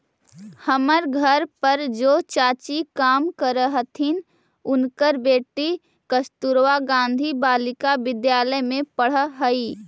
हमर घर पर जे चाची काम करऽ हथिन, उनकर बेटी कस्तूरबा गांधी बालिका विद्यालय में पढ़ऽ हई